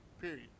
period